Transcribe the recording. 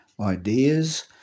ideas